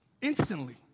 Instantly